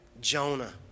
Jonah